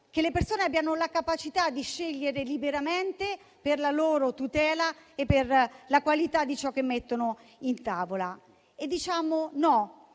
che le persone abbiano la capacità di scegliere liberamente per la loro tutela e per la qualità di ciò che mettono in tavola. Diciamo no